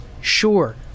Sure